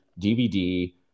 DVD